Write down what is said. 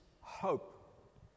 hope